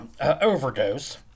Overdose